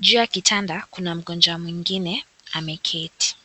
juu ya kitanda kuna mgonjwa mwingine ameketi.